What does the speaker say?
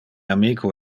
amico